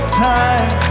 time